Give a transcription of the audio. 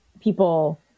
people